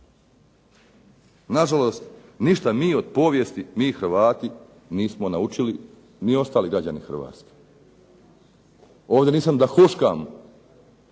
Na žalost ništa mi od povijesti mi Hrvati nismo naučili ni ostali građani Hrvatske. Ovdje nisam da huškam,